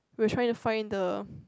were trying to find the